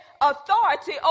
authority